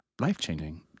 life-changing